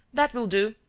that will do,